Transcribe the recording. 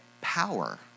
power